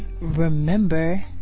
Remember